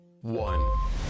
one